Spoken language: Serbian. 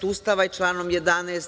Ustava i članom 11.